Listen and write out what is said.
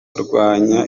kurwanya